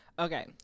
okay